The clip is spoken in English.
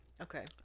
Okay